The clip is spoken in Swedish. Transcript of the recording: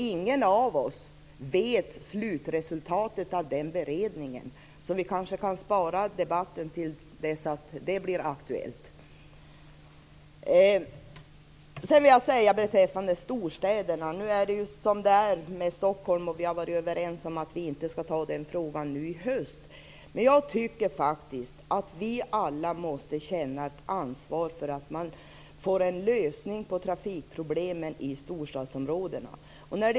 Ingen av oss vet vad slutresultatet av den beredningen blir. Så vi kanske kan spara den debatten till dess att det blir aktuellt. Sedan till storstäderna. Det är ju som det är med Stockholm, och vi har varit överens om att inte ta upp den frågan nu i höst. Vi måste faktiskt alla känna ett ansvar för att man skall få en lösning på trafikproblemen i storstadsområdena.